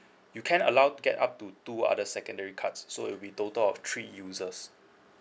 you can allowed get up to two other secondary cards so it will be total of three users